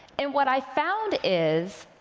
and what i found is,